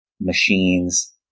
machines